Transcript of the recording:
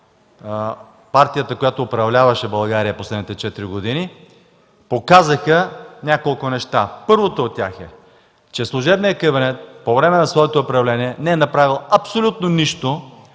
партията, която управляваше България в последните четири години, показаха няколко неща. Първото от тях е, че служебният кабинет по време на своето управление не е направил абсолютно нищо,